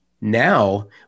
Now